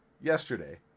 yesterday